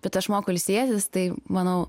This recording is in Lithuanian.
bet aš moku ilsėtis tai manau